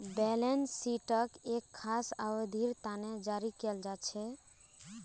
balance शीटक एक खास अवधिर तने जारी कियाल जा छे